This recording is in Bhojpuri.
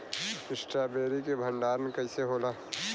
स्ट्रॉबेरी के भंडारन कइसे होला?